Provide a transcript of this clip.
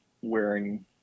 wearing